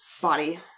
body